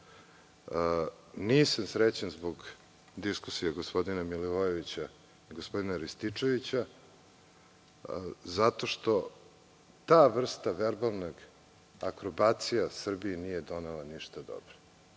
Nisam srećan zbog diskusije gospodina Milivojević i gospodina Rističevića zato što ta vrsta verbalnih akrobacija Srbiji nije donela ništa dobro.